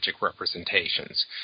representations